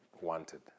wanted